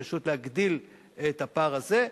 פשוט להגדיל את הפער הזה,